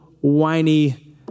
whiny